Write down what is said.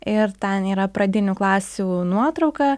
ir ten yra pradinių klasių nuotrauka